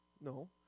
no